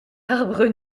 arbres